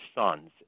sons